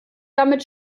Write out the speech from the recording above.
damit